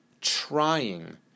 trying